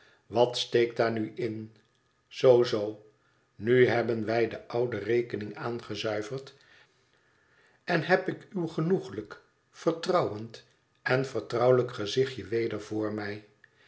wat steekt daar nu in zoo zoo nu hebben wij de oude rekening aangezuiverd en heb ik uw genoeglijk vertrouwend en vertrouwelijk gezichtje weder voor mij